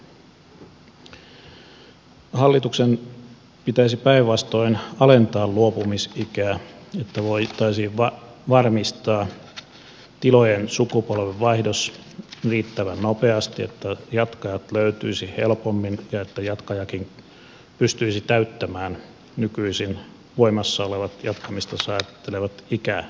hallituksen pitäisi päinvastoin alentaa luopumisikää niin että voitaisiin varmistaa tilojen sukupolvenvaihdos riittävän nopeasti että jatkajat löytyisivät helpommin ja että jatkajakin pystyisi täyttämään nykyisin voimassa olevat jatkamista säätelevät ikäehdot